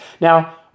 Now